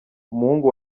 umuhungu